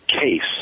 case